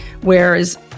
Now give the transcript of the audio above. Whereas